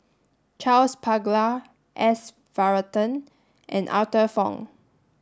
Charles Paglar S Varathan and Arthur Fong